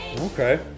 Okay